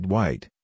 White